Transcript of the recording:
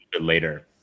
later